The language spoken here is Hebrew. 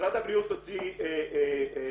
משרד הבריאות הוציא נוהל,